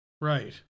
Right